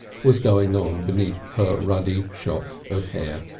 was going on beneath her ruddy shock of hair.